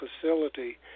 facility